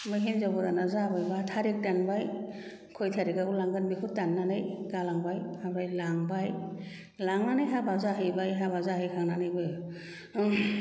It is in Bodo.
हिनजाव गोदाना जाबाय बा थारिक दानबाय खयथारिकआव लांगोन बेखौ दान्नानै गालांबाय ओमफ्राय लांबाय लांनानै हाबा जाहैबाय हाबा जाहै खांनानैबो